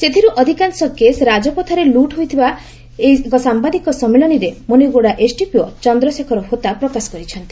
ସେଥିରୁ ଅଧିକାଂଶ କେସ୍ ରାଜପଥରେ ଲୁଟ୍ ରହିଥିବା ଏକ ସାମ୍ଘାଦିକ ସମ୍ଗିଳନୀରେ ମୁନିଗୁଡ଼ା ଏସ୍ଡିପିଓ ଚନ୍ଦ୍ରଶେଖର ହୋତା ପ୍ରକାଶ କରିଛନ୍ତି